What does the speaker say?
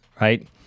right